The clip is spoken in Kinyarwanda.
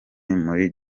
muri